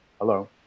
hello